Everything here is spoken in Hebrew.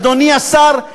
אדוני השר,